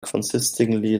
consistently